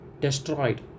destroyed